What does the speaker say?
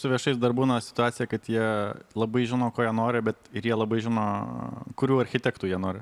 su viešais dar būna situacija kad jie labai žino ko jie nori bet ir jie labai žino kurių architektų jie nori